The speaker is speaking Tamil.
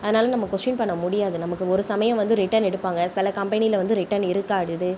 அதனால் நம்ம கொஷ்டீன் பண்ண முடியாது நமக்கு ஒரு சமயம் வந்து ரிட்டன் எடுப்பாங்க சில கம்பெனியில் வந்து ரிட்டன் இருக்காது